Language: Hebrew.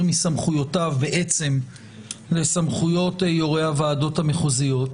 מסמכויותיו לסמכויות יו"רי הוועדות המחוזיות,